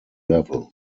level